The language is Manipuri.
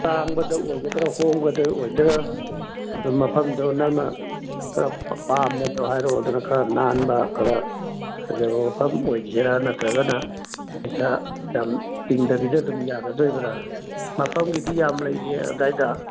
ꯇꯥꯡꯕꯗ ꯑꯣꯏꯒꯗ꯭ꯔꯥ ꯍꯣꯡꯕꯗ ꯑꯣꯏꯗꯣꯏꯔꯥ ꯑꯗꯣ ꯃꯐꯝꯗꯣ ꯅꯪꯅ ꯈꯔ ꯄꯥꯝꯕꯗꯣ ꯍꯥꯏꯔꯛꯑꯣꯗꯅ ꯈꯔ ꯅꯥꯟꯕ ꯈꯔ ꯐꯖꯕ ꯃꯐꯝ ꯑꯣꯏꯖꯤꯔꯥ ꯅꯠꯇ꯭ꯔꯒꯅ ꯄꯩꯁꯥ ꯌꯥꯝ ꯇꯤꯡꯗꯕꯤꯗ ꯑꯗꯨꯝ ꯌꯥꯒꯗꯣꯔꯤꯕ꯭ꯔꯥ ꯃꯐꯝꯒꯤꯗꯤ ꯌꯥꯝ ꯂꯩꯔꯤꯌꯦ ꯑꯗꯥꯏꯗ